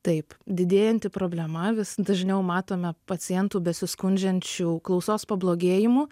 taip didėjanti problema vis dažniau matome pacientų besiskundžiančių klausos pablogėjimu